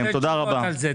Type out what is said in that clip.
תודה רבה.